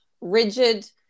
rigid